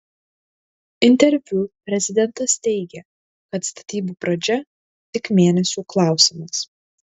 interviu prezidentas teigė kad statybų pradžia tik mėnesių klausimas